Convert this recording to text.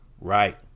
right